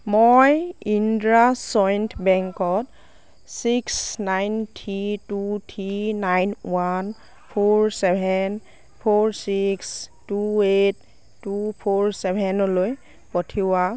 মই ইণ্ডাচইণ্ড বেংকত six nine three two three nine one four seven four six two eight two four ছেভেনলৈ পঠিওৱা